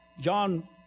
John